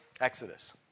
Exodus